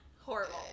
Horrible